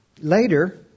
Later